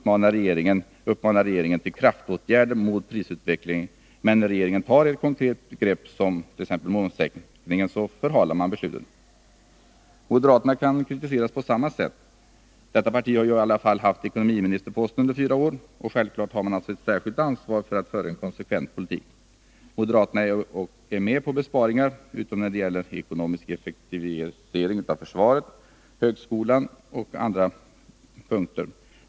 Man uppmanar regeringen till kraftåtgärder mot prisutvecklingen, men när regeringen tar ett konkret grepp — som t.ex. momssänkningen — förhalar man beslutet. Moderaterna kan kritiseras på samma sätt. Detta parti har i alla fall innehaft ekonomiministerposten under fyra år. Självklart har man därför ett särskilt ansvar att föra en konsekvent politik. Moderaterna är med på besparingar — utom när det gäller en ekonomisk effektivisering av försvaret, högskolan och vissa andra punkter.